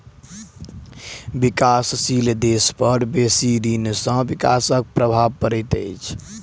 विकासशील देश पर बेसी ऋण सॅ विकास पर प्रभाव पड़ैत अछि